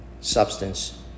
substance